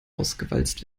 ausgewalzt